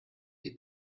die